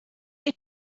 they